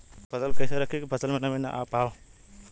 फसल के कैसे रखे की फसल में नमी ना आवा पाव?